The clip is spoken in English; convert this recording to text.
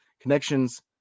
connections